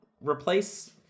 replace